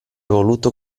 voluto